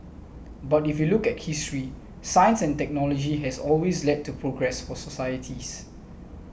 but if you look at history science and technology has always led to progress for societies